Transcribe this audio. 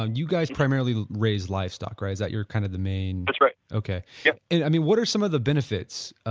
ah you guys primarily raise livestock, right? is that your kind of the main? that's right okay yep i mean what are some of the benefits